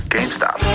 GameStop